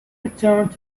returned